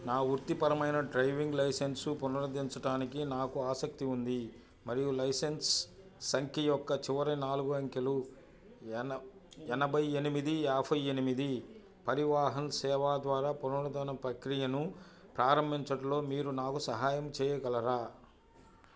నా వృత్తిపరమైన driving licence పునరుద్ధరించటానికి నాకు ఆసక్తి ఉంది మరియు లైసెన్స్ సంఖ్య యొక్క చివరి నాలుగు అంకెలు ఎనభై ఎనిమిది యాభై ఎనిమిది పరివాహన్ సేవ ద్వారా పునరుద్ధరణ ప్రక్రియను ప్రారంభించడంలో మీరు నాకు సహాయం చేయగలరా